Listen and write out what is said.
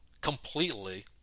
completely